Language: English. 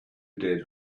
dead